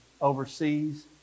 overseas